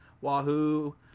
Wahoo